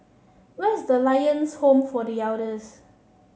where is Lions Home for The Elders